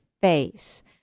face